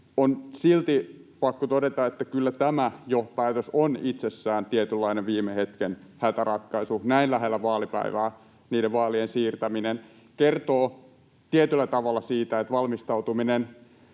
On silti pakko todeta, että kyllä jo tämä päätös on itsessään tietynlainen viime hetken hätäratkaisu. Näin lähellä vaalipäivää vaalien siirtäminen kertoo tietyllä tavalla siitä, että valmistautuminen